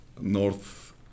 north